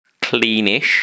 cleanish